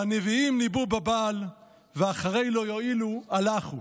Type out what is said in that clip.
והנביאים נִבאו בבעל, ואחרי לא יועִלו הלכו".